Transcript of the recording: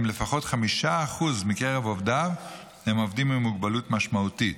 לפחות 5% מקרב עובדיו הם עובדים עם מוגבלות משמעותית.